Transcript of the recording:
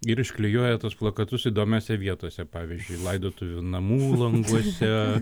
ir išklijuoja tuos plakatus įdomiose vietose pavyzdžiui laidotuvių namų languose